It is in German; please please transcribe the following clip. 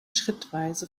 schrittweise